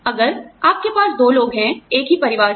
अगर आप के पास दो लोग हैं एक ही परिवार से